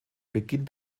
beginn